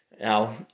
Now